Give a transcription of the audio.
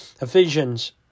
Ephesians